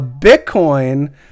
Bitcoin